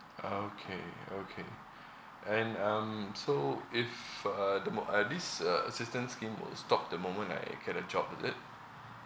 okay okay and um so if uh the mo~ uh this uh assistance scheme will stop the moment I get a job is it